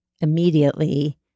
immediately